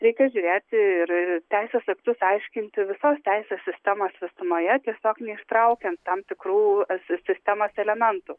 reikia žiūrėti ir teisės aktus aiškinti visos teisės sistemos visumoje tiesiog neištraukiant tam tikrų sistemos elementų